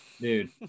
Dude